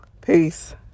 Peace